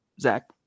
Zach